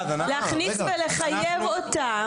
להכניס ולחייב אותם,